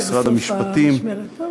משרד המשפטים,